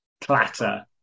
Clatter